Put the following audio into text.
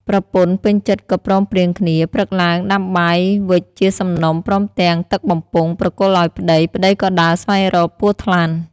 ប្រពន្ធពេញចិត្ដក៏ព្រមព្រៀងគ្នា ព្រឹកឡើងដាំបាយវិចជាសំណុំព្រមទាំងទឹកបំពង់ប្រគល់ឱ្យប្ដី ប្ដីក៏ដើរស្វែងរកពស់ថ្លាន់។